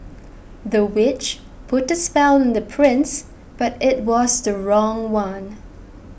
the witch put a spell on the prince but it was the wrong one